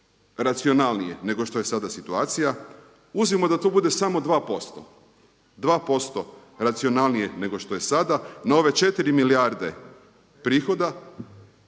racionalnije nego što je sada situacija uzmimo da to bude samo 2%, 2% racionalnije nego što je sada na ove 4 milijarde prihoda